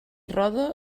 roda